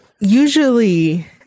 usually